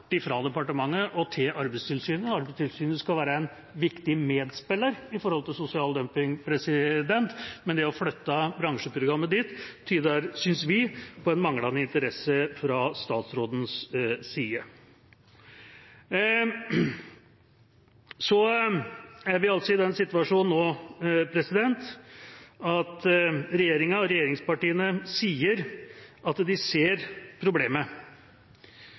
bort fra departementet og til Arbeidstilsynet. Arbeidstilsynet skal være en viktig medspiller når det gjelder sosial dumping, men det å flytte bransjeprogrammet dit syns vi tyder på manglende interesse fra statsrådens side. Så er vi i den situasjonen nå at regjeringa og regjeringspartiene sier at de ser problemet,